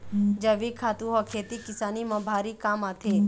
जइविक खातू ह खेती किसानी म भारी काम आथे